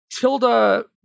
Tilda